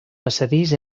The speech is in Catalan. passadís